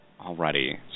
Alrighty